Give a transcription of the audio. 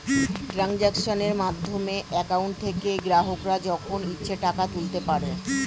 ট্রানজাক্শনের মাধ্যমে অ্যাকাউন্ট থেকে গ্রাহকরা যখন ইচ্ছে টাকা তুলতে পারে